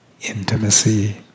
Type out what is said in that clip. Intimacy